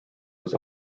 was